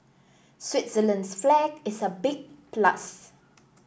Switzerland's flag is a big plus